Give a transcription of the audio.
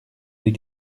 des